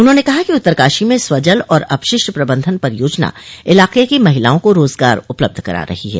उन्होंने कहा उत्तरकाशी में स्वजल और अपशिष्ट प्रबंधन परियोजना इलाके की महिलाओं को रोजगार उपलब्ध करा रही है